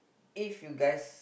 if you guys